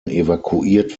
evakuiert